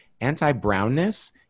anti-brownness